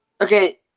Okay